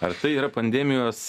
ar tai yra pandemijos